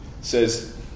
says